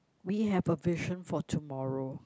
we have a vision for tomorrow